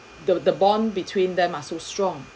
the the bond between them must so strong